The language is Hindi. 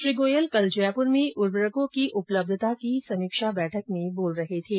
श्री गोयल कल जयपुर में उर्वरकों की उपलब्यता की समीक्षा बैठक में बोल रहे थे